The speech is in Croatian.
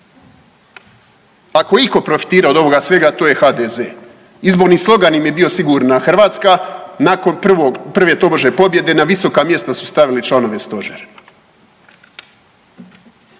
Ako je iko profitirao od ovoga svega to je HDZ. Izborni slogan im je bio „Sigurna Hrvatska“, nakon prve tobože pobjede na visoka mjesta su stavili članove stožera.